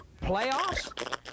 Playoffs